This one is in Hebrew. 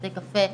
בתי קפה,